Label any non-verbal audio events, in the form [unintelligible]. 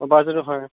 অঁ [unintelligible] হয়